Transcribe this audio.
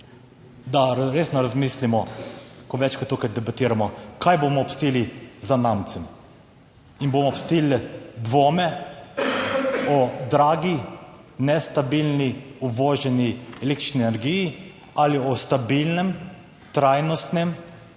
da resno razmislimo, ko večkrat tukaj debatiramo kaj bomo pustili zanamcem. Jim bomo pustili dvome o dragi nestabilni uvoženi električni energiji ali o stabilnem, trajnostnem